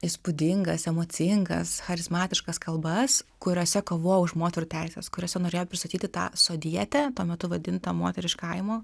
įspūdingas emocingas charizmatiškas kalbas kuriose kovojo už moterų teises kuriose norėjo pristatyti tą sodietę tuo metu vadintą moterį iš kaimo